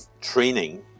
training